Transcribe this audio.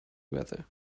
weather